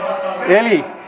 eli